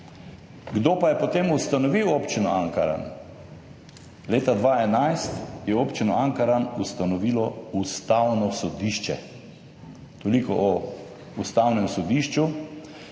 Kdo pa je potem ustanovil Občino Ankaran? Leta 2011 je Občino Ankaran ustanovilo Ustavno sodišče. Toliko o Ustavnem sodišču.